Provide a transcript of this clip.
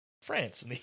France